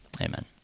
Amen